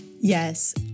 Yes